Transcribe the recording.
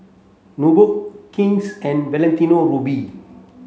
Nubox King's and Valentino Rudy